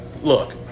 Look